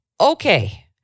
Okay